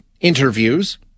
interviews